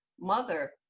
mother